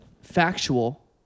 factual